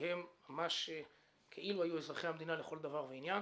כלפיהם ממש כאילו היו אזרחי המדינה לכל דבר ועניין.